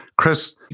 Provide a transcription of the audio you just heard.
Chris